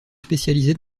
spécialisées